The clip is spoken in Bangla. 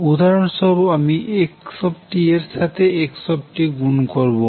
উদাহরণস্বরূপ আমি xএর সাথে x গুন করবো